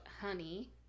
Honey